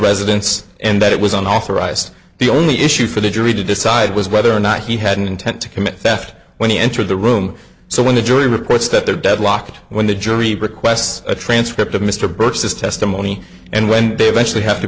residence and that it was an authorized the only issue for the jury to decide was whether or not he had an intent to commit theft when he entered the room so when the jury reports that they're deadlocked when the jury requests a transcript of mr brooks this testimony and when they eventually have to